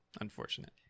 unfortunate